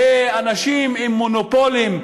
אנשים עם מונופולים,